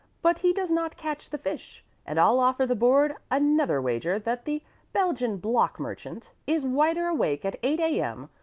but he does not catch the fish, and i'll offer the board another wager that the belgian block merchant is wider awake at eight a m,